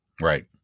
Right